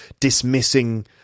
dismissing